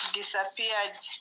disappeared